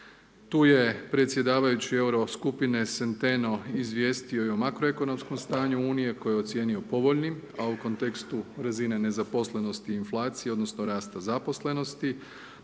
Tu je predsjedavajući euro skupine Centeno izvijestio i o makroekonomskom stanju unije koji je ocijenio povoljnim a u kontekstu razine nezaposlenosti i inflacije, odnosno rasta zaposlenosti.